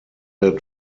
led